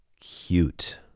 cute